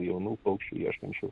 jaunų paukščių ieškančių